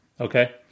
Okay